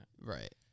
Right